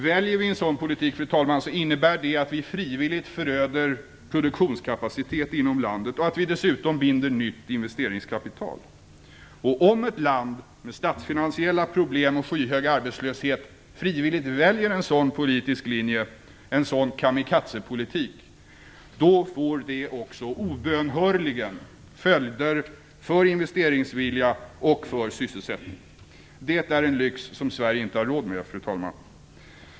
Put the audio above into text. Väljer vi en sådan politik, fru talman, innebär det att vi frivilligt föröder produktionskapacitet inom landet och att vi dessutom binder nytt investeringskapital. Om ett land med statsfinansiella problem och skyhög arbetslöshet frivilligt väljer en sådan politisk linje - en kamikazepolitik - får det också obönhörligen följder för investeringsvilja och för sysselsättning. Det är en lyx, fru talman, som Sverige inte har råd med.